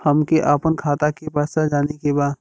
हमके आपन खाता के पैसा जाने के बा